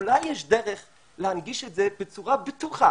אולי יש דרך להנגיש את זה בצורה בטוחה?